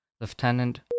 Lieutenant